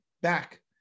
back